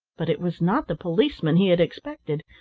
but it was not the policeman he had expected.